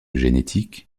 génétique